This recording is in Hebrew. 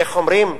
איך אומרים?